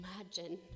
imagine